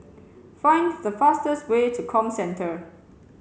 find the fastest way to Comcentre